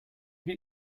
get